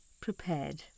prepared